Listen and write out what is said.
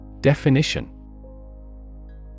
Definition